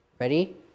Ready